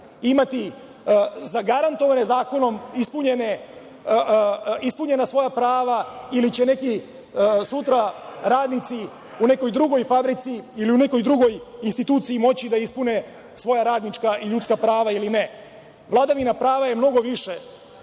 imati zagarantovane, zakonom ispunjena svoja prava ili će neki radnici sutra, u nekoj drugoj fabrici, ili u nekoj drugoj instituciji, moći da ispune svoja radnička i ljudska prava ili ne. Vladavina prava je mnogo više